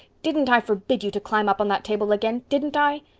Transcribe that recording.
didn't i forbid you to climb up on that table again? didn't i?